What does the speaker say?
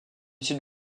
sud